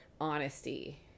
honesty